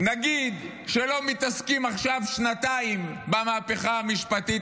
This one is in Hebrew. נגיד שלא מתעסקים עכשיו שנתיים במהפכה המשפטית,